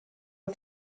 was